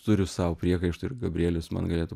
turiu sau priekaištų ir gabrielius man galėtų